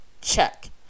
Check